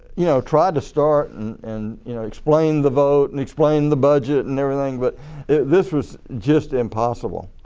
you know tried to start, and and you know explain the vote, and explain the budget and everything but this was just impossible.